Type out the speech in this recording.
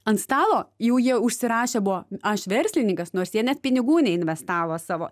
ant stalo jau jie užsirašę buvo aš verslininkas nors jie net pinigų neinvestavo savo